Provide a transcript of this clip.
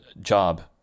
job